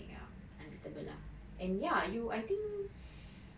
yang unbeatable lah and ya you I think